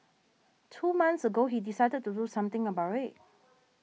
two months ago he decided to do something about it